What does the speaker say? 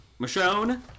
Michonne